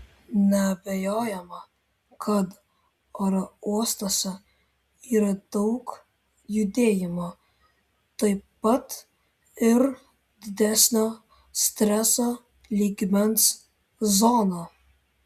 neabejojama kad oro uostuose yra daug judėjimo taip pat ir didesnio streso lygmens zona